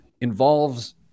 involves